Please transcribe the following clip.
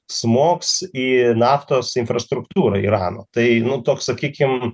smogs į naftos infrastruktūrą irano tai nu toks sakykim